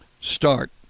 start